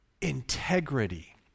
integrity